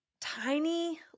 tiny